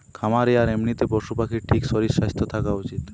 খামারে আর এমনিতে পশু পাখির ঠিক শরীর স্বাস্থ্য থাকা উচিত